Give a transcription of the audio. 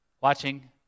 watching